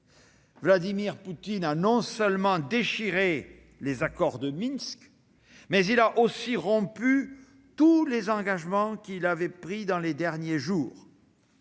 Vladimir Poutine a non seulement déchiré les accords de Minsk, mais il a aussi rompu tous les engagements qu'il avait pris dans les derniers jours.